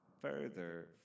further